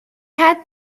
had